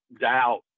doubt